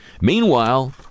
Meanwhile